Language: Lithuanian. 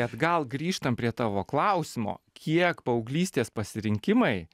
atgal grįžtant prie tavo klausimo kiek paauglystės pasirinkimai